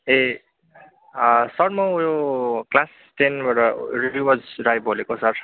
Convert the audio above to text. ए sir म उयो class टेनबाट रिवाज राई बोलेको सर